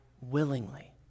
willingly